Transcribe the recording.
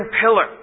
pillar